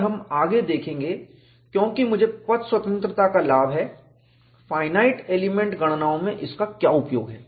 और हम आगे देखेंगे क्योंकि मुझे पथ स्वतंत्रता का लाभ है फाइनाइट एलिमेंट गणनाओं में इसका क्या उपयोग है